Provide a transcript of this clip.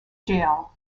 jail